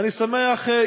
אני שמח,